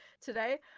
today